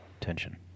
tension